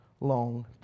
long